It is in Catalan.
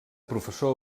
professor